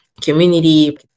community